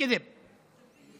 (אומר בערבית: שקר.)